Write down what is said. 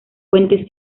fuentes